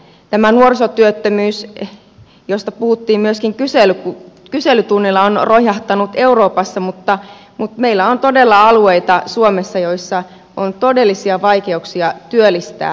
tämä nuorisotyöttömyys josta puhuttiin myöskin kyselytunnilla on roihahtanut euroopassa mutta meillä on todella alueita suomessa joilla on todellisia vaikeuksia työllistää nuoria